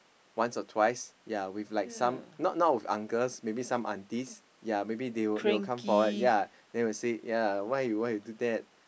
once or twice ya with like some not not with uncles maybes some aunties ya maybe they will come forward ya they will say ya why you do that